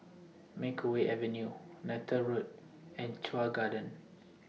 Makeway Avenue Neythal Road and Chuan Garden